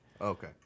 Okay